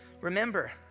remember